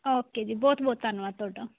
okay ਜੀ ਬਹੁਤ ਬਹੁਤ ਧੰਨਵਾਦ ਤੁਹਾਡਾ